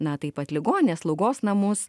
na taip pat ligonines slaugos namus